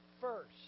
first